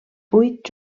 vuit